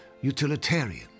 utilitarian